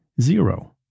Zero